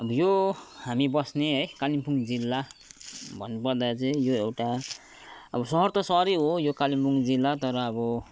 अब यो हामी बस्ने है कालिम्पोङ जिल्ला भन्नुपर्दा चाहिँ यो एउटा अब सहर त सहरै हो यो कालिम्पोङ जिल्ला तर अब